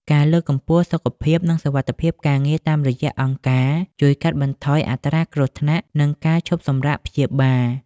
ការលើកកម្ពស់សុខភាព និងសុវត្ថិភាពការងារតាមរយៈអង្គការ ជួយកាត់បន្ថយអត្រាគ្រោះថ្នាក់ និងការឈប់សម្រាកព្យាបាល។